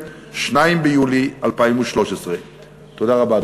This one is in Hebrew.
2 ביולי 2013. תודה רבה,